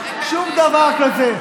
שום דבר כזה.